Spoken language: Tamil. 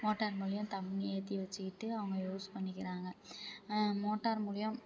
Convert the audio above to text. மோட்டார் மூலியம் தண்ணி ஏற்றி வச்சிக்கிட்டு அவங்க யூஸ் பண்ணிக்கிறாங்க மோட்டார் மூலியம்